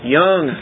young